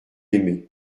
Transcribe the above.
aimer